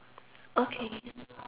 okay